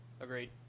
Agreed